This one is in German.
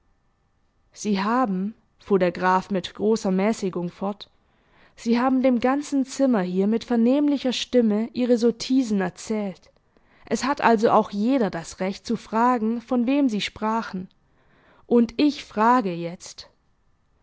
sie haben fuhr der graf mit großer mäßigung fort sie haben dem ganzen zimmer hier mit vernehmlicher stimme ihre sottisen erzählt es hat also auch jeder das recht zu fragen von wem sie sprachen und ich frage jetzt